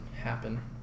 happen